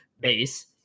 base